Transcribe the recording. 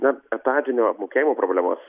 na etatinio apmokėjimo problemas